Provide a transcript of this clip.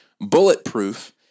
bulletproof